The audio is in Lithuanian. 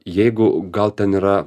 jeigu gal ten yra